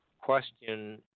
question